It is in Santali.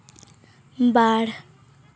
ᱵᱟᱨ